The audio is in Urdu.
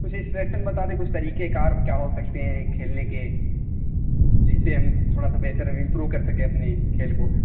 کچھ اسٹریکشن بتا دیں کچھ طریقے کار کیا ہو سکتے ہیں کھیلنے کے جس سے ہم تھوڑا سا بہتر امپروو کر سکیں اپنے کھیل کو